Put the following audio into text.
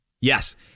Yes